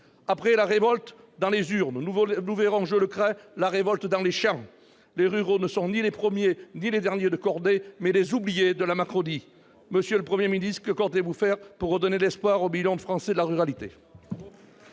Après la révolte dans les urnes, nous verrons, je le crains, la révolte dans les champs. Les ruraux ne sont ni les premiers ni les derniers de cordée, mais les oubliés de la Macronie. Monsieur le Premier ministre, que comptez-vous faire pour redonner l'espoir aux millions de Français de la ruralité ?